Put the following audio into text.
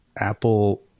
Apple